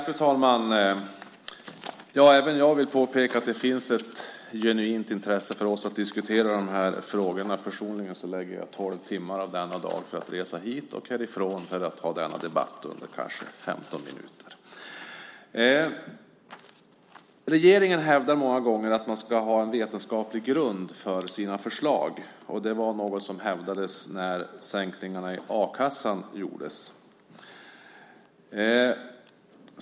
Fru talman! Även jag vill påpeka att det finns ett genuint intresse för oss att diskutera de här frågorna. Personligen lägger jag tolv timmar av denna dag för att resa hit och härifrån för att ta denna debatt under kanske 15 minuter. Regeringen hävdar många gånger att man ska ha en vetenskaplig grund för sina förslag. Det var något som hävdades när sänkningarna av a-kassan gjordes.